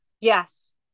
Yes